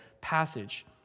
passage